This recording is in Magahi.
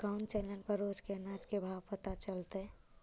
कोन चैनल पर रोज के अनाज के भाव पता चलतै?